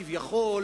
כביכול,